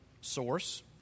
source